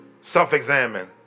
Self-examine